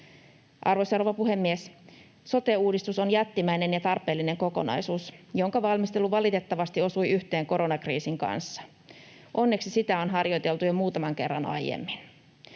rouva puhemies! Sote-uudistus on jättimäinen ja tarpeellinen kokonaisuus, jonka valmistelu valitettavasti osui yhteen koronakriisin kanssa. Onneksi sitä on harjoiteltu jo muutaman kerran aiemmin.